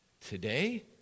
Today